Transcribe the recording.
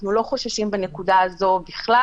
אנחנו לא חוששים בנקודה הזאת בכלל,